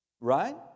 Right